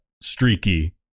streaky